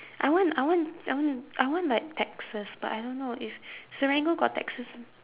I want I want I want I want like texas but I don't know if serangoon got texas